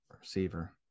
Receiver